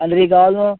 ಆಂದರೀಗ ಅದು